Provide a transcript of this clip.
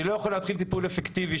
אני לא יכול להתחיל טיפול אפקטיבי,